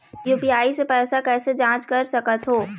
UPI से पैसा कैसे जाँच कर सकत हो?